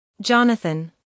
Jonathan